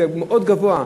זה מאוד גבוה.